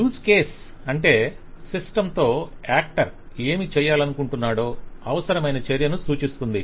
use case అంటే system తో actor ఏమి చేయాలనుకుంటున్నాడో అవసరమైన చర్యను సూచిస్తుంది